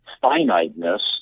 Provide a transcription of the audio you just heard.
finiteness